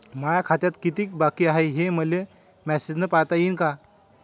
माया खात्यात कितीक बाकी हाय, हे मले मेसेजन पायता येईन का?